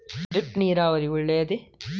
Drip ನೀರಾವರಿ ಒಳ್ಳೆಯದೇ?